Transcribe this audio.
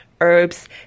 herbs